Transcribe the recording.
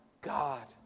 God